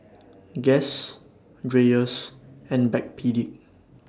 Guess Dreyers and Backpedic